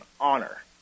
honor